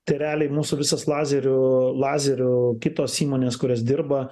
tai realiai mūsų visas lazeriu lazerių kitos įmonės kurios dirba